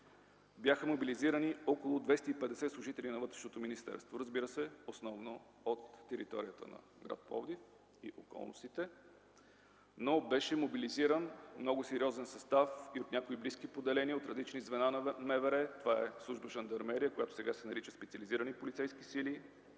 бяха мобилизирани около 250 служители на Вътрешното министерство, основно от територията на гр. Пловдив и околностите, но беше мобилизиран много сериозен състав и от някои близки поделения от различни звена на МВР. Това е служба „Жандармерия”, която сега се нарича ”Специализирани полицейски сили”,